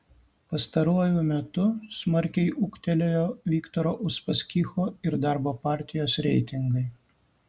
pastaruoju metu smarkiai ūgtelėjo viktoro uspaskicho ir darbo partijos reitingai